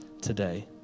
today